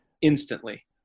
instantly